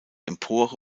empore